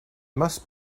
must